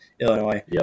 Illinois